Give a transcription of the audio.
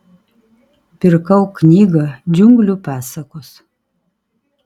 pirkau knygą džiunglių pasakos